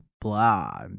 blah